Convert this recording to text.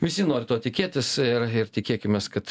visi nori to tikėtis ir ir tikėkimės kad